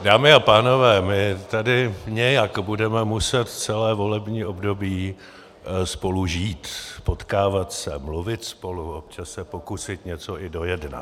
Dámy a pánové, my tady nějak budeme muset celé volební období spolužít, potkávat se, mluvit spolu, občas se pokusit něco i dojednat.